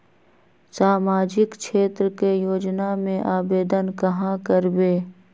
सामाजिक क्षेत्र के योजना में आवेदन कहाँ करवे?